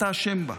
אתה אשם בה.